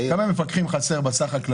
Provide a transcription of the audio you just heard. כמה מפקחים חסרים?